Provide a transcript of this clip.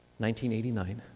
1989